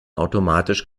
automatisch